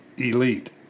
elite